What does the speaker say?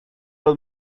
los